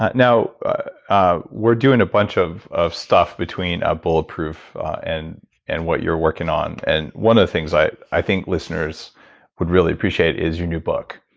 ah ah we're doing a bunch of of stuff between ah bulletproof, and and what you're working on. and one of things i i think listeners would really appreciate is your new book,